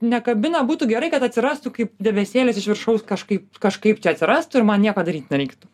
nekabina būtų gerai kad atsirastų kaip debesėlis iš viršaus kažkaip kažkaip čia atsirastų ir man nieko daryt nereiktų